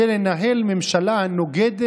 למנהיגות